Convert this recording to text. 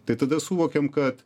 tai tada suvokiam kad